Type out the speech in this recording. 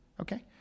Okay